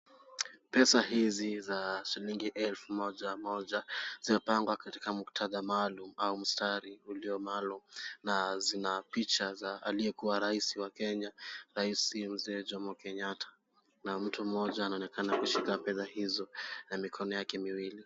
Pesa hizi za shilingi elfu moja moja zimepangwa katika muktadha maalum au mstari ulio nalo na picha za raisi aliyekuwa wa kenya rais mzee Jomo Kenyatta na mtu mmoja anaonekana kushika fedha hizo na mikono yake miwili.